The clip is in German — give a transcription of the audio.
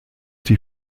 die